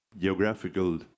geographical